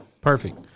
Perfect